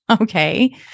Okay